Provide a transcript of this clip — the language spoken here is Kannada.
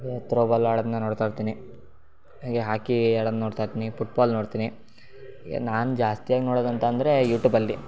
ಹಾಗೇ ತ್ರೋಬಾಲ್ ಆಡೋದ್ನ ನೋಡ್ತಾ ಇರ್ತೀನಿ ಹಾಗೇ ಹಾಕೀ ಆಡೋದ್ ನೋಡ್ತಾ ಇರ್ತೀನಿ ಪುಟ್ಬಾಲ್ ನೋಡ್ತೀನಿ ಈಗ ನಾನು ಜಾಸ್ತಿಯಾಗಿ ನೋಡೋದು ಅಂತಂದರೆ ಯೂಟೂಬಲ್ಲಿ